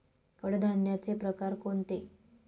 कडधान्याचे प्रकार कोणते?